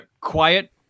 quiet